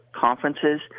conferences